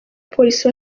polisi